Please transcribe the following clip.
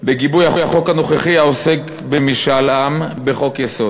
בגיבוי החוק הנוכחי העוסק במשאל עם, בחוק-היסוד.